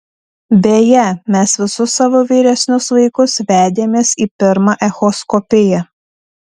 beje mes visus savo vyresnius vaikus vedėmės į pirmą echoskopiją